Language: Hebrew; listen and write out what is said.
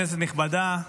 כנסת נכבדה,